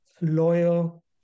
loyal